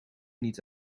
niet